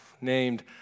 named